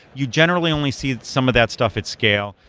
you generally only see some of that stuff at scale.